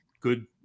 good